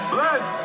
Bless